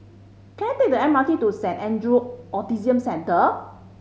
can I take the M R T to Saint Andrew Autism Centre